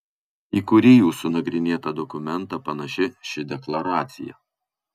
į kurį jūsų nagrinėtą dokumentą panaši ši deklaracija